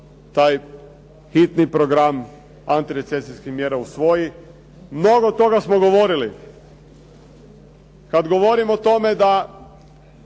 taj hitni program antirecesijskih mjera usvoji. Mnogo toga smo govorili kada govorim o tome da